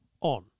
on